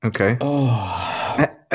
okay